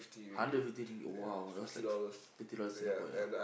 hundred fifty ringgit !wow! that's like fifty dollars in Singapore ya